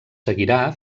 seguirà